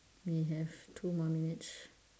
we have two more minutes